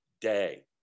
day